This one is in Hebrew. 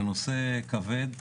זה נושא כבד,